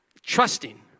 Trusting